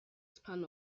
span